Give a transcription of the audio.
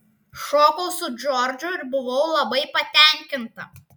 šokau su džordžu ir buvau labai patenkinta